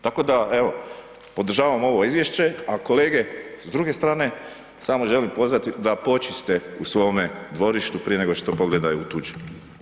Tako da evo, podržavam ovo izvješće a kolege s druge strane, samo želim pozvati da počiste u svome dvorištu prije nego što pogledaju u tuđe.